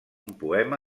poema